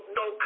no